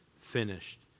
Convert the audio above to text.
finished